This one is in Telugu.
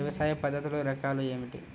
వ్యవసాయ పద్ధతులు రకాలు ఏమిటి?